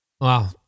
Wow